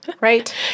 Right